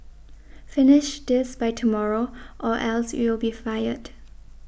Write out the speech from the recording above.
finish this by tomorrow or else you'll be fired